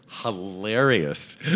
hilarious